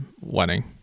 wedding